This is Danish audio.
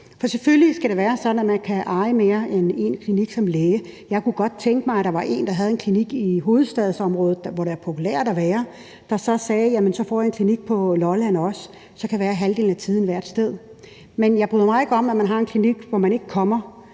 For selvfølgelig skal det være sådan, at man kan eje mere end en klinik som læge. Jeg kunne godt tænke mig, at der var en, der havde en klinik i hovedstadsområdet, hvor der er populært at være, som så sagde: Jamen så får jeg en klinik også på Lolland, så kan jeg være halvdelen af tiden hvert sted. Men jeg bryder mig ikke om, at man har en klinik, hvor man ikke kommer